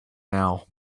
now